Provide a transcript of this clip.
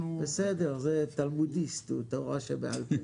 בסדר, זה תלמודיסט, הוא תורה שבעל פה.